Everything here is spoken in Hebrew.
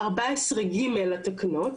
14ג' לתקנות,